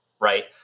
right